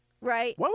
Right